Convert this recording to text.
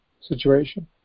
situation